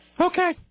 Okay